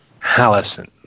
Hallison